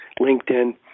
LinkedIn